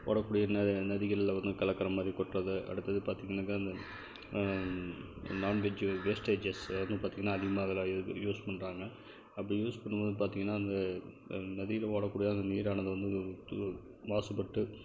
ஓடக்கூடிய நதிகளில் வந்து கலக்கிற மாதிரி கொட்டுறது அடுத்தது பார்த்தீங்கன்னாக்கா இந்த நான்வெஜ் வேஸ்டேஜஸ்சு வந்து பார்த்திங்கன்னா அதிகமாக அதெலாம் யூஸ் பண்ணுறாங்க அப்படி யூஸ் பண்ணும்போது பார்த்தீங்கன்னா அந்த நதியில் ஓடக்கூடிய அந்த நீரானது வந்து மாசுப்பட்டு